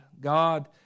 God